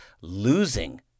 losing